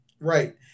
Right